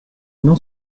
nom